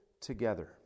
together